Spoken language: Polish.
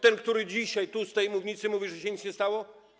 Ten, który dzisiaj z tej mównicy mówił, że się nic nie stało?